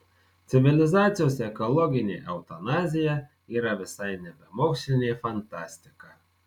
civilizacijos ekologinė eutanazija yra visai nebe mokslinė fantastika